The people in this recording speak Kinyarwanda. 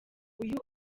uyu